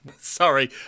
Sorry